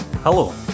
Hello